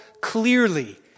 clearly